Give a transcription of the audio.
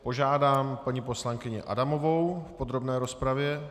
Požádám paní poslankyni Adamovou v podrobné rozpravě.